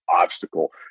obstacle